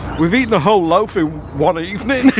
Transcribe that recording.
we've eaten the whole loaf in one evening